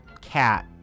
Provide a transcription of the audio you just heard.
cat